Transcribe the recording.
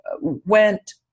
went